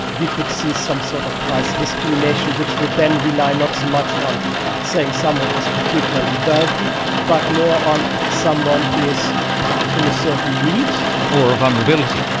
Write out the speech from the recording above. we could see some sort of price discrimination which would then rely not so much on saying someone is particularly wealthy but more on someone is in a certain need. or a vulnerability.